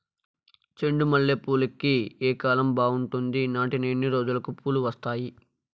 చెండు మల్లె పూలుకి ఏ కాలం బావుంటుంది? నాటిన ఎన్ని రోజులకు పూలు వస్తాయి?